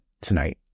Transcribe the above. tonight